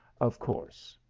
of course.